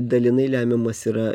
dalinai lemiamas yra